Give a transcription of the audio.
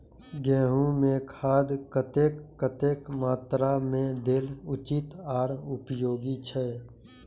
गेंहू में खाद कतेक कतेक मात्रा में देल उचित आर उपयोगी छै?